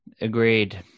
Agreed